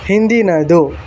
ಹಿಂದಿನದು